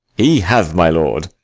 he hath, my lord.